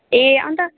ए अन्त